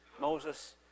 Moses